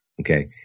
Okay